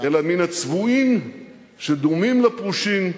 אלא מן הצבועים שדומים לפרושים,